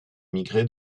émigré